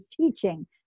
teaching